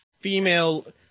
female